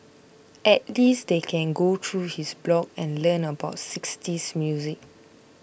at least they can go through his blogs and learn about sixties music